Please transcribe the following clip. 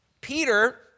Peter